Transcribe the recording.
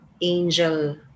Angel